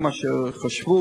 ואז,